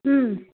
ಹ್ಞೂ